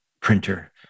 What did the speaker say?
printer